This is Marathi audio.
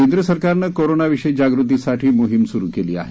केंद्रसरकारनं कोरोनाविषयी जागृतीसाठी मोहीम सुरु केली आहे